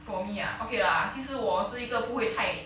for me ah okay lah 其实我是一个不会太